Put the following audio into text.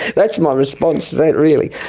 that's my response to that really.